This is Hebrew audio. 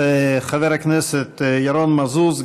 חבר הכנסת ירון מזוז,